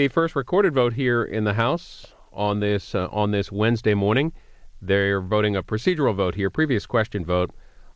the first recorded vote here in the house on this on this wednesday morning they're voting a procedural vote here previous question vote